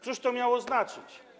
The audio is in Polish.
Cóż to miało znaczyć?